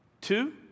Two